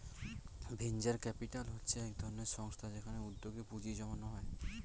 venture capital হচ্ছে এক ধরনের সংস্থা যেখানে উদ্যোগে পুঁজি জমানো হয়